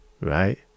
right